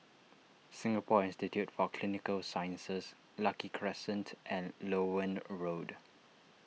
Singapore Institute for Clinical Sciences Lucky Crescent and Loewen Road